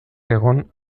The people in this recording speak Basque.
egon